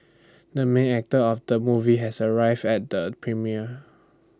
the main actor of the movie has arrive at the premiere